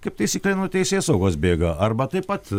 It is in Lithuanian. kaip taisyklė nuo teisėsaugos bėga arba taip pat